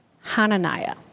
Hananiah